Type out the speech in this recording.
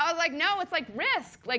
um like, no, it's like risk. like